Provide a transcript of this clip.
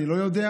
אני לא יודע,